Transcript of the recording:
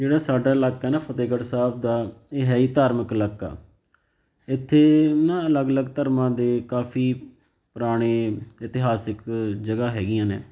ਜਿਹੜਾ ਸਾਡਾ ਇਲਾਕਾ ਹੈ ਨਾ ਫਤਿਹਗੜ੍ਹ ਸਾਹਿਬ ਦਾ ਇਹ ਹੈ ਹੀ ਧਾਰਮਿਕ ਇਲਾਕਾ ਇੱਥੇ ਨਾ ਅਲੱਗ ਅਲੱਗ ਧਰਮਾਂ ਦੇ ਕਾਫ਼ੀ ਪੁਰਾਣੇ ਇਤਿਹਾਸਕ ਜਗ੍ਹਾ ਹੈਗੀਆਂ ਨੇ